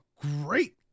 great